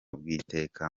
bw’iteka